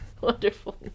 Wonderful